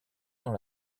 dans